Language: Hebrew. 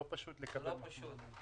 לא פשוט לקבל מהם מחמאה.